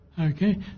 okay